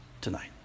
tonight